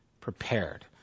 prepared